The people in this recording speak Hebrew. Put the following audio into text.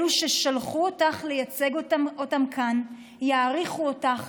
אלו ששלחו אותך לייצג אותם כאן, יעריכו אותך